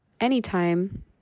anytime